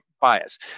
bias